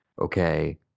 okay